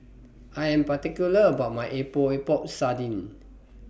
I Am particular about My Epok Epok Sardin